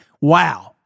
Wow